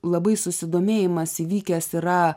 labai susidomėjimas įvykęs yra